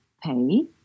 pay